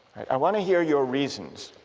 i want to hear your reasons.